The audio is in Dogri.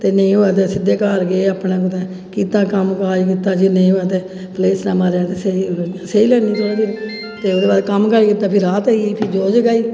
ते नेईं होऐ ते सिद्धे घर गेई अपने कुतै कीता कम्म काज कीता जे नेईं होऐ तां सेई लैन्नी थोह्ड़े चिर ते ओह्दे बाद रात आई कम्म कीता ते सेई लैन्नी